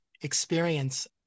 experience